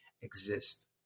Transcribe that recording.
exist